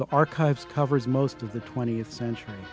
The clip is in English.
the archives covers most of the twentieth century